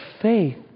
faith